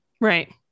Right